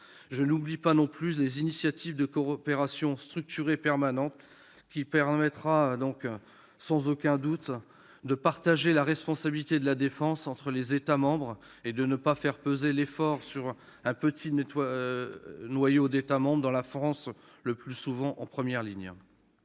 Je n'oublie pas l'initiative de coopération structurée permanente, qui permettra sans aucun doute de partager la responsabilité de la défense entre les États membres et de ne pas faire peser l'effort sur un petit noyau d'entre eux, à commencer par notre pays, qui est le plus souvent en première ligne.